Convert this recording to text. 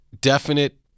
definite